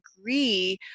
agree